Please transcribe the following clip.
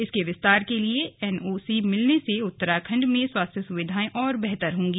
इसके विस्तार के लिए एनओसी मिलने से उत्तराखण्ड में स्वास्थ्य सुविधाएं और बेहतर होंगी